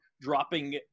dropping